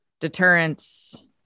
deterrence